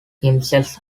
himself